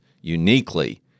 uniquely